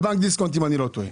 בבנק דיסקונט אם אני לא טועה.